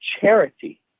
charity